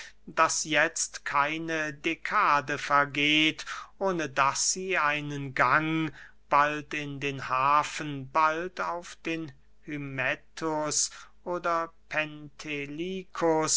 daß jetzt keine dekade vergeht ohne daß sie einen gang bald in den hafen bald auf den hymettus oder